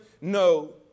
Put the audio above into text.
No